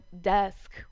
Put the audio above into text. desk